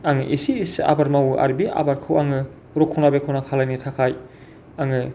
आं इसे इसे आबाद मावो आरो बे आबादखौ आङो रखना बेखना खालामनो थाखाय आङो